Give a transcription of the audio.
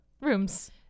rooms